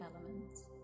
elements